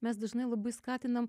mes dažnai labai skatinam